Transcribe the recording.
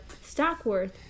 Stockworth